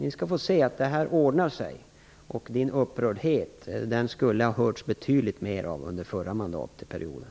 Ni skall få se att det här ordnar sig. Dan Ericssons upprördhet borde ha hörts betydligt mera under den förra mandatperioden.